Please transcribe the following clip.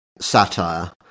satire